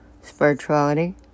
Spirituality